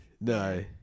No